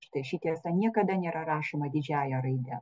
štai ši tiesa niekada nėra rašoma didžiąja raide